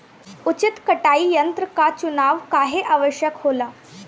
उचित कटाई यंत्र क चुनाव काहें आवश्यक होला?